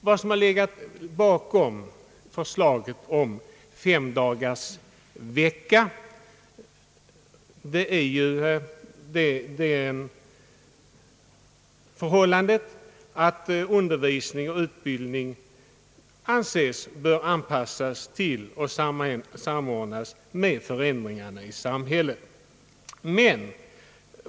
Bakom förslaget om femdagarsvecka har legat det förhållandet att undervisning och utbildning anses böra anpassas till och samordnas med förändringarna i samhället.